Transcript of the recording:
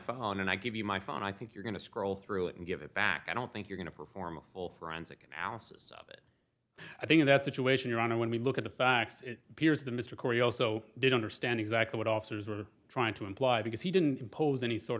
phone and i give you my phone i think you're going to scroll through it and give it back i don't think you're going to perform a full forensic analysis up i think in that situation your honor when we look at the facts it appears that mr corey also did understand exactly what officers were trying to imply because he didn't impose any sort